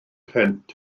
rhent